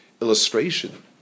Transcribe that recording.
illustration